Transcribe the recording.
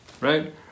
Right